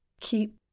keep